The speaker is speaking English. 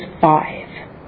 five